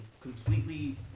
completely